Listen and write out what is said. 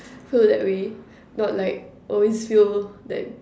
so that we not like always feel that